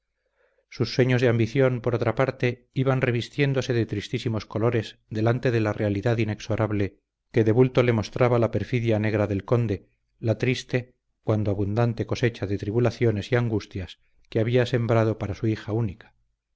sus sueños de ambición por otra parte iban revistiéndose de tristísimos colores delante de la realidad inexorable que de bulto le mostraba la perfidia negra del conde la triste cuanto abundante cosecha de tribulaciones y angustias que había sembrado para su hija única